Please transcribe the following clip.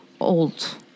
Old